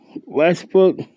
Westbrook